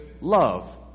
love